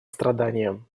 страданиям